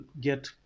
get